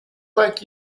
like